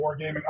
wargaming